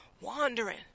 Wandering